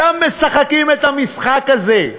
שם משחקים את המשחק הזה.